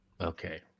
okay